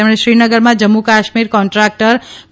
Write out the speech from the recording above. તેમણે શ્રીનગરમાં જમ્મુ કાશ્મીર કોન્ટ્રાકટર કો